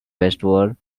westward